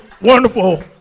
wonderful